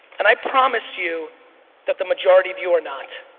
and i promise you that the majority of you are not.